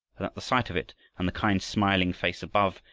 the sight of it and the kind smiling face above,